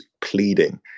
pleading